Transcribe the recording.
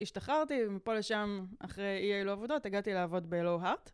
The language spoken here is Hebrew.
השתחררתי, ומפה לשם, אחרי אי-אילו עבודות, הגעתי לעבוד בלואו-הארט.